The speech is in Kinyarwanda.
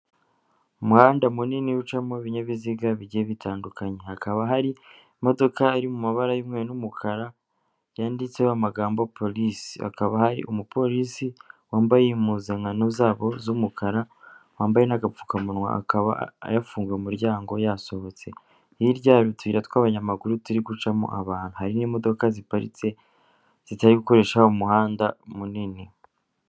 Umuhanda munini ucamo ibinyabiziga bigiye bitandukanye hakaba hari imodoka iri mu mabara y'umweru n'umukara yanditseho amagambo polise akaba hari umupolisi wambaye impuzankano zabo z'umukara wambaye n'agapfukamunwa akaba yafunga umuryango yasohotse hirya hari utuyira tw'abanyamaguru turi gucamo abantu hari n'imodoka ziparitse zitari gukoresha umuhanda munini.